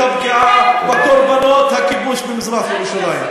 הפגיעה בקורבנות הכיבוש במזרח-ירושלים.